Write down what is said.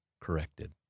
corrected